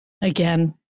again